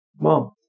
mom